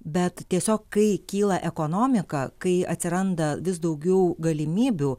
bet tiesiog kai kyla ekonomika kai atsiranda vis daugiau galimybių